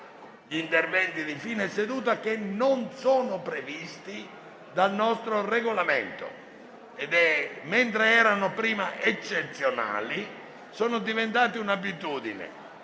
gli interventi di fine seduta, che non sono previsti dal nostro Regolamento: mentre prima erano eccezionali, ora sono diventati un'abitudine.